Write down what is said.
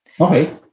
Okay